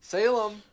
Salem